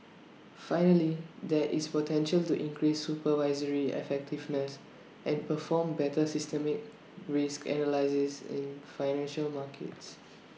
finally there is potential to increase supervisory effectiveness and perform better systemic risk analysis in financial markets